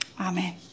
Amen